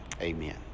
amen